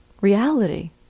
reality